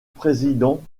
président